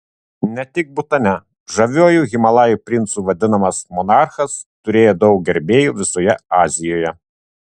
ne tik butane žaviuoju himalajų princu vadinamas monarchas turėjo daug gerbėjų visoje azijoje